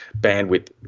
bandwidth